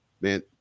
man